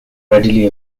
readily